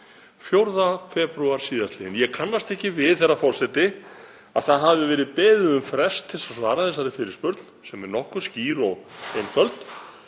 4. febrúar síðastliðinn. Ég kannast ekki við, herra forseti, að það hafi verið beðið um frest til að svara þessari fyrirspurn sem er nokkuð skýr og einföld,